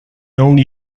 only